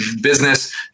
business